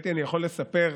משהו לספר.